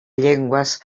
llengües